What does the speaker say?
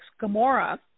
Gamora